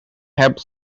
have